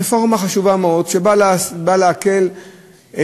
רפורמה חשובה מאוד שבאה להקל על